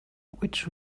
which